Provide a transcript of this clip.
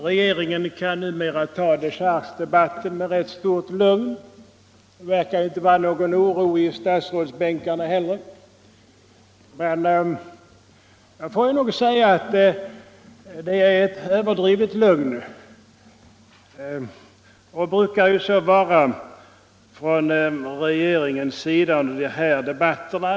Regeringen kan numera ta dechargedebatten med rätt stort lugn. Det verkar inte heller vara någon oro i statsrådsbänkarna. Men det är ett överdrivet lugn, och brukar ju så vara under de här debatterna.